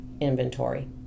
Inventory